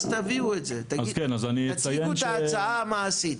אז תביאו את זה, תציגו את ההצעה המעשית.